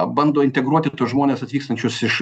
bando integruoti tuos žmones atvykstančius iš